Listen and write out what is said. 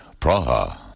Praha